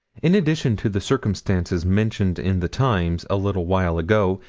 in addition to the circumstances mentioned in the times a little while ago,